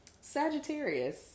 Sagittarius